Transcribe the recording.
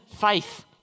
Faith